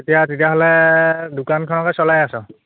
এতিয়া তেতিয়াহ'লে দোকানখনকে চলাই আছ